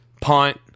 punt